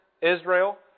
Israel